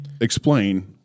explain